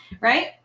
Right